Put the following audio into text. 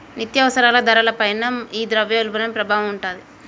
నిత్యావసరాల ధరల పైన ఈ ద్రవ్యోల్బణం ప్రభావం ఉంటాది